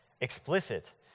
explicit